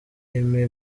amy